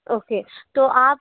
okay तो आप